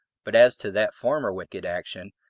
but as to that former wicked action,